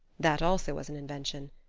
that, also, was an invention.